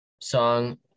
song